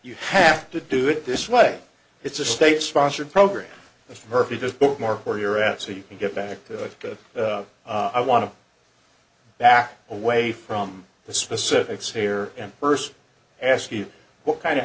you have to do it this way it's a state sponsored program murphy does but mark where you're at so you can get back to the i want to back away from the specifics here and first ask you what kind of